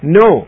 no